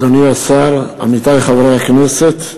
אדוני השר, עמיתי חברי הכנסת,